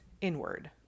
inward